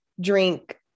drink